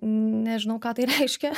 nežinau ką tai reiškia